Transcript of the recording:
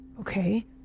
Okay